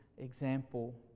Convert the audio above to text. Example